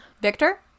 Victor